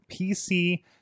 PC